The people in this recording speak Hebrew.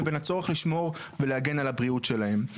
ובין הצורך לשמור ולהגן על הבריאות שלהם.